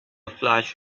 flash